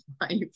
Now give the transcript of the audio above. life